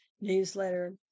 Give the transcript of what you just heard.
newsletter